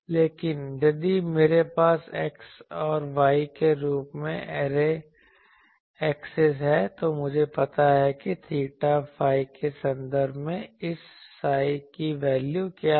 लेकिन यदि मेरे पास x और y के रूप में ऐरे एक्सिस है तो मुझे पता है कि थीटा फाई के संदर्भ में इस psi की वैल्यू क्या है